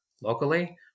locally